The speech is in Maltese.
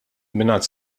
mingħand